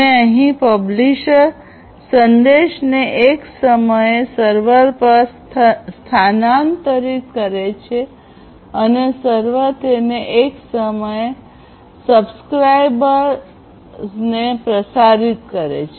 અને અહીં પબ્લીશર સંદેશને એક સમયે સર્વર પર સ્થાનાંતરિત કરે છે અને સર્વર તેને એક સમયે સબ્સ્ક્રાઇબર ર્સ ને પ્રસારિત કરે છે